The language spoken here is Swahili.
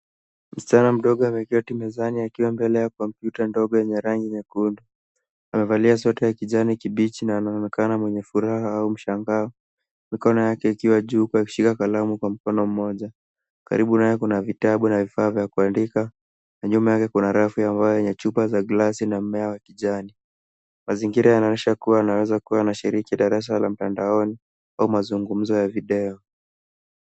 Msichana mdogo ameketi mezani akiwa mbele ya kompyuta ndogo yenye rangi nyekundu. Amevalia sweta ya kijani kibichi na wanaonekana mwenye furaha au mshangao mikono yake ikiwa juu kwa kushika kalamu kwa mfano mmoja. Karibu naye kuna vitabu na vifaa vya kuandika na nyuma yake kuna rafu ambayo ina chupa za glasi na mumea wa kijani. Mazingira yanaonyesha kuwa yanaweza kuwa anashiriki darasa la mtandaoni au mazungumzo ya video.